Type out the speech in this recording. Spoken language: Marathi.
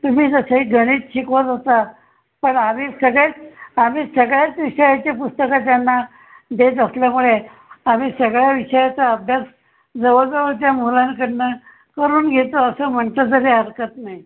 तुम्ही जसंही गणित शिकवत होता पण आम्ही सगळेच आम्ही सगळ्याच विषयाचे पुस्तकं त्यांना देत असल्यामुळे आम्ही सगळ्या विषयाचा अभ्यास जवळ जवळच्या मुलांकडून करून घेतो असं म्हटलं तरी हरकत नाही